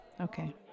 Okay